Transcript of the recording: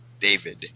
David